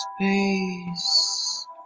space